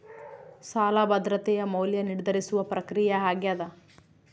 ಸಾಲ ಭದ್ರತೆಯ ಮೌಲ್ಯ ನಿರ್ಧರಿಸುವ ಪ್ರಕ್ರಿಯೆ ಆಗ್ಯಾದ